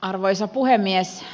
arvoisa puhemies